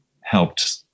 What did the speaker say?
helped